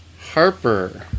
Harper